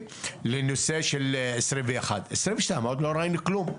לנושא של 2021. ל-2022 עוד לא ראינו כלום.